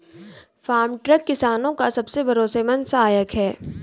farm truck किसानो का सबसे भरोसेमंद सहायक है